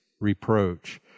reproach